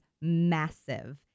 massive